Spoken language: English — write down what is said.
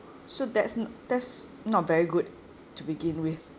so that's n~ that's not very good to begin with